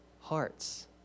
hearts